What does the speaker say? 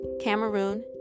Cameroon